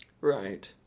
Right